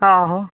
आहो